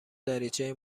دریچه